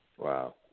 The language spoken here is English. Wow